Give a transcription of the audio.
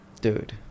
Dude